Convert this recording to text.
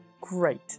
Great